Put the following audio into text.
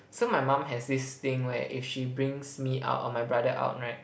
so my mum has this thing where if she brings me out or my brother out right